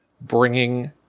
bringing